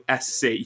SC